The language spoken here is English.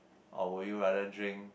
or would you rather drink